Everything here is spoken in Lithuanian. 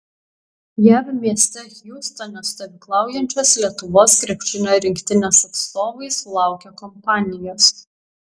jav mieste hjustone stovyklaujančios lietuvos krepšinio rinktinės atstovai sulaukė kompanijos